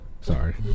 Sorry